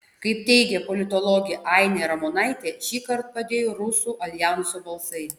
kaip teigia politologė ainė ramonaitė šįkart padėjo rusų aljanso balsai